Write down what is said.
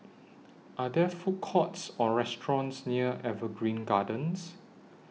Are There Food Courts Or restaurants near Evergreen Gardens